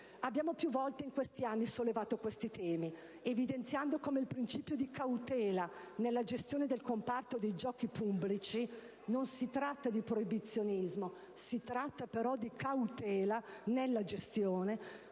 Abbiamo più volte in questi anni sollevato questi temi, evidenziando come il principio di cautela nella gestione del comparto dei giochi pubblici non costituisca una forma di proibizionismo, trattandosi invece di cautela nella gestione;